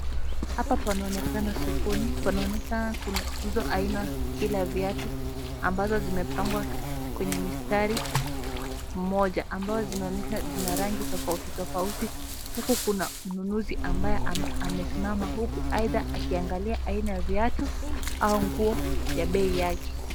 Hapa panaonekana sokoni. Panaoneka kuuzwa kila aina ya viatu ambazo zimepangwa kwenye mistari mmoja ambazo zinaonyesha zina rangi tofauti tofauti. Huku kuna mnunuzi ambaye amesimama aidha akiangalia aina viatu au nguo ya bei yake.